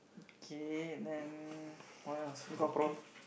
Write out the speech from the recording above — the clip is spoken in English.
okay then what else you got cl~